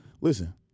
Listen